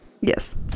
Yes